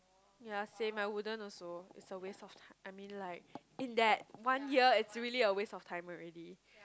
ya same I wouldn't also it's a waste of I mean like in that one year it's really a waste of time already